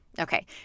Okay